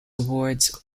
awards